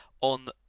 on